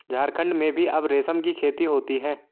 झारखण्ड में भी अब रेशम की खेती होती है